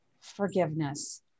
forgiveness